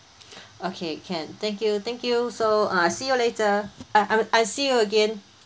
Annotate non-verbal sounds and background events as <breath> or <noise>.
<breath> okay can thank you thank you so uh see you later uh uh see you again